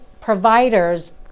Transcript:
providers